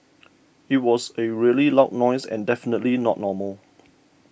it was a really loud noise and definitely not normal